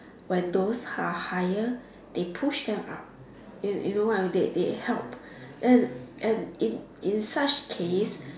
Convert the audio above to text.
when those are higher they push them up you you know what I mean they they help and and in in such case